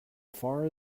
far